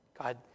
God